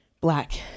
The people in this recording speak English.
black